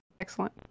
Excellent